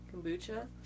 kombucha